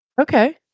Okay